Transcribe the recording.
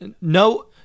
no